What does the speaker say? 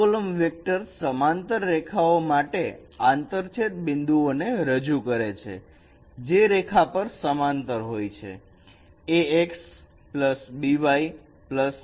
આ column vector સમાંતર રેખાઓ માટે આંતરછેદ બિંદુઓને રજૂ કરે છે જે રેખા પર સમાંતર હોય છે ax by c 0